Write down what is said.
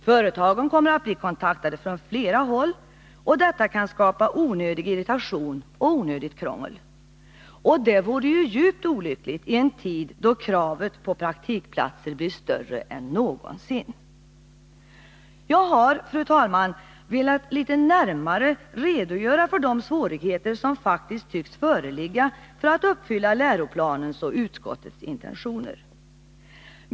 Företagen kommer att bli kontaktade från flera håll, och detta kan skapa onödig irritation och onödigt krångel. Och det vore djupt olyckligt, i en tid då kravet på praktikplatser blir större än någonsin. Jag har, fru talman, velat redogöra litet närmare för de svårigheter som faktiskt tycks föreligga med att uppfylla läroplanens och utskottets intentioner.